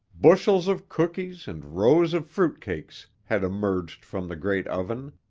bushels of cookies and rows of fruit cakes had emerged from the great oven.